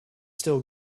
still